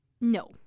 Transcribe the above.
No